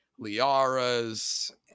Liara's